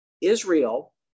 Israel